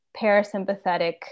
parasympathetic